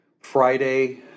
Friday